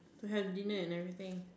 to have dinner and everything